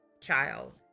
child